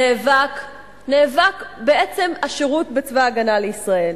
שנאבק בעצם השירות בצבא-הגנה לישראל,